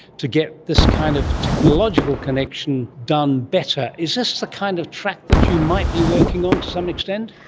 to get this kind of technological connection done better. is this the kind of track that you might be working on to some extent?